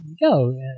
go